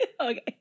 Okay